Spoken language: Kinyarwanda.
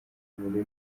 muri